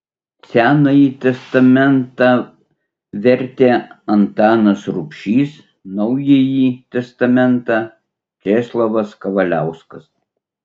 senąjį testamentą vertė antanas rubšys naująjį testamentą česlovas kavaliauskas